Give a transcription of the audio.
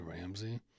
Ramsey